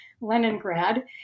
Leningrad